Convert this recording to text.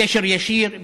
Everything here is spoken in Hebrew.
בקשר ישיר,